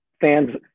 fans